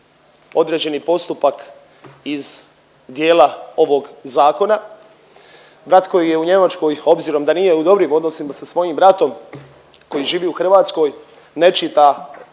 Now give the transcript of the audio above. određeni postupak iz dijela ovog zakona. Brat koji je u Njemačkoj obzirom da nije u dobrim odnosima sa svojim bratom koji živi u Hrvatskoj ne čita